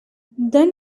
then